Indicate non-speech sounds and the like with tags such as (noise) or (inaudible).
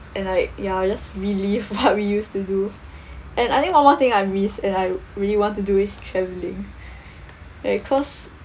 and like ya just relive what we used to do (laughs) and I think one more thing I missed and I really want to do is travelling (breath) because